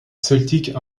celtique